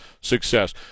success